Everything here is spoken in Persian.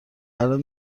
الان